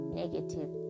negative